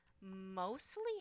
mostly